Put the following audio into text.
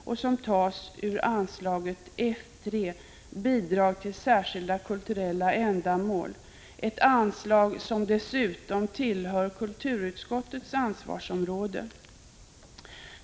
Dessa pengar tas ur anslaget F 3, Bidrag till särskilda kulturella ändamål. Detta anslag tillhör ju dessutom kulturutskottets ansvarsområde.